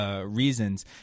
reasons